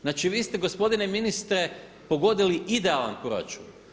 Znači, vi ste, gospodine ministre, pogodili idealan proračun.